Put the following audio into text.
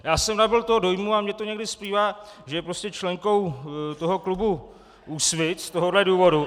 Já jsem nabyl toho dojmu, a mně to někdy splývá, že je prostě členkou toho klubu Úsvit, z tohoto důvodu.